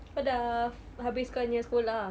kau dah habis kau punya sekolah ah